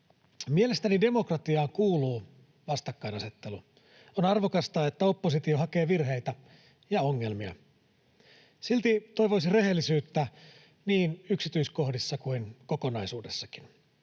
Mielestäni demokratiaan kuuluu vastakkainasettelu. On arvokasta, että oppositio hakee virheitä ja ongelmia. Silti toivoisin rehellisyyttä niin yksityiskohdissa kuin kokonaisuudessakin.